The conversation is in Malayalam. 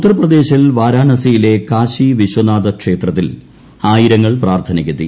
ഉത്തർപ്രദേശിൽ വാരാണസിയിലെ കാശി വിശ്വനാഥ് ക്ഷേത്രത്തിൽ ആയിരങ്ങൾ പ്രാർത്ഥനയ്ക്ക് ഏത്തി